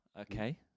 Okay